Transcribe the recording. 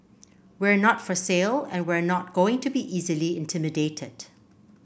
we're not for sale and we're not going to be easily intimidated